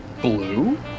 Blue